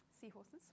seahorses